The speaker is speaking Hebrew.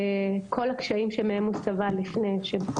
כל הקשיים שמהם הוא סבל לפני כן.